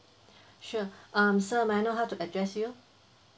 sure um sir may I know how to address you